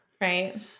right